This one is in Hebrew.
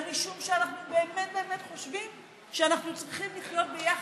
אלא משום שאנחנו באמת באמת חושבים שאנחנו צריכים לחיות יחד,